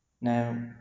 Now